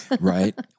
Right